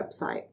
website